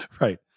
Right